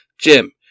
Jim